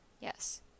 Yes